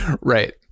Right